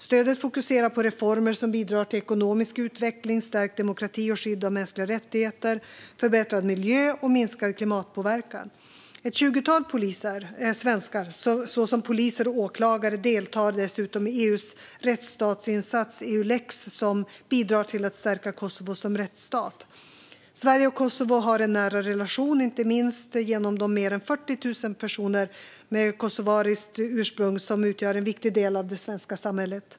Stödet fokuserar på reformer som bidrar till ekonomisk utveckling, stärkt demokrati och skydd av mänskliga rättigheter, förbättrad miljö och minskad klimatpåverkan. Ett tjugotal svenskar, såsom poliser och åklagare, deltar dessutom i EU:s rättsstatsinsats Eulex, som bidrar till att stärka Kosovo som rättsstat. Sverige och Kosovo har en nära relation, inte minst genom de mer än 40 000 personer med kosovariskt ursprung som utgör en viktig del av det svenska samhället.